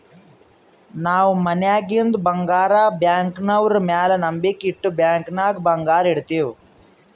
ನಾವ್ ಮನ್ಯಾಗಿಂದ್ ಬಂಗಾರ ಬ್ಯಾಂಕ್ನವ್ರ ಮ್ಯಾಲ ನಂಬಿಕ್ ಇಟ್ಟು ಬ್ಯಾಂಕ್ ನಾಗ್ ಬಂಗಾರ್ ಇಡ್ತಿವ್